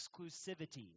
exclusivity